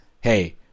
hey